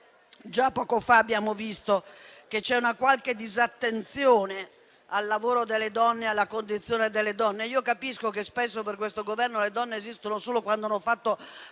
Già poco fa abbiamo visto come vi sia una qualche disattenzione al lavoro delle donne ed alla condizione delle donne. Io capisco che spesso, per questo Governo, le donne esistono solo quando hanno fatto